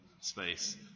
space